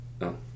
No